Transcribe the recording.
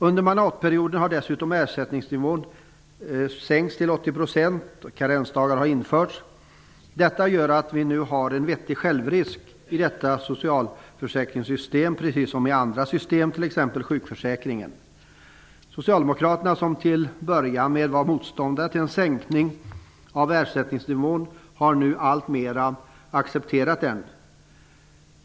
Under mandatperioden har dessutom ersättningsnivån sänkts till 80 %, och karensdag har införts. Detta gör att vi nu har en vettig självrisk i detta socialförsäkringssystem, på samma sätt som i andra sådana system, t.ex. sjukförsäkringen. Socialdemokraterna, som till att börja med var motståndare till en sänkning av ersättningsnivån, har nu alltmera accepterat den.